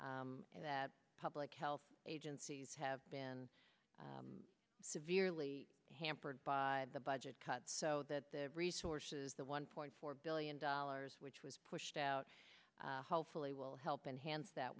and that public health agencies have been severely hampered by the budget cuts so that the resources the one point four billion dollars which was pushed out hopefully will help enhance that